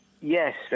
Yes